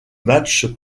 match